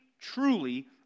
truly